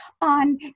on